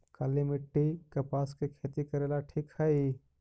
काली मिट्टी, कपास के खेती करेला ठिक हइ?